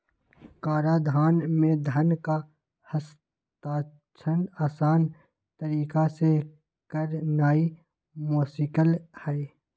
कराधान में धन का हस्तांतरण असान तरीका से करनाइ मोस्किल हइ